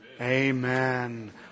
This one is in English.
Amen